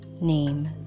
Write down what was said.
name